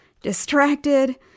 distracted